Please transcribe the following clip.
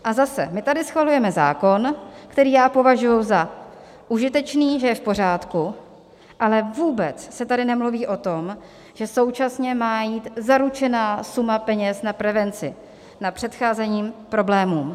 A zase my tady schvalujeme zákon, který považuji za užitečný, že je v pořádku, ale vůbec se tady nemluví o tom, že současně má jít zaručená suma peněz na prevenci, na předcházení problémům.